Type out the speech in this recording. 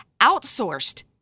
outsourced